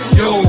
yo